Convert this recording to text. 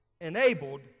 enabled